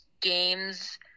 games